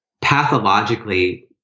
pathologically